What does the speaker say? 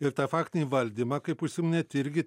ir tą faktinį valdymą kaip užsiminėt irgi